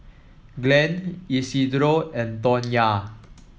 Glen Isidro and Tonya